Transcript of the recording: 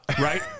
Right